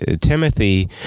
Timothy